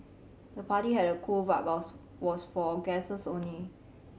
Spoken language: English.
the party had a cool vibes was for guests only